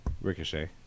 Ricochet